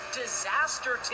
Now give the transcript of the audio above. disaster